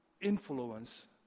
influence